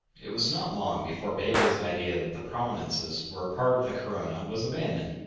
it was not long before bailey's idea that the prominences were a part of the corona was abandoned,